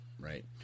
Right